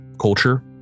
culture